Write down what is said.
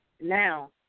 Now